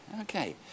okay